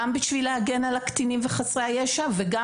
גם כדי להגן על הקטינים וחסרי הישע וגם